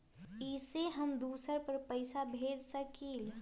इ सेऐ हम दुसर पर पैसा भेज सकील?